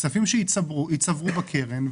כספים שייצברו בקרן,